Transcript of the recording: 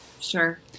Sure